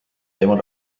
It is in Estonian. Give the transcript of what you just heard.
teemal